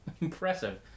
Impressive